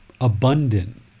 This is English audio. abundant